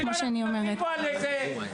כבר אמרנו בעבר